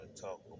talk